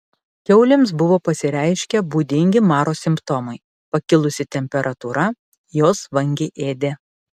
kiaulėms buvo pasireiškę būdingi maro simptomai pakilusi temperatūra jos vangiai ėdė